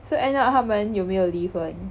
so end up 他们有没有离婚